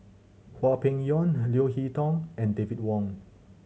Hwang Peng Yuan Leo Hee Tong and David Wong